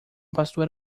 pastor